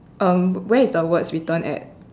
um where is the words written at